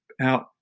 out